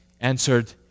answered